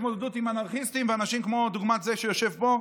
התמודדות עם אנרכיסטים ואנשים דוגמת זה שיושב פה.